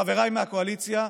חבריי מהקואליציה,